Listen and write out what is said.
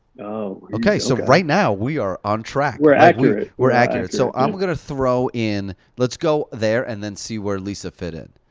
okay, so right now, we are on track. we're accurate. we're accurate, so i'm gonna throw in. let's go there, and then see where lisa fit in.